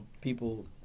People